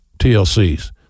TLCs